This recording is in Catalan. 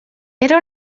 era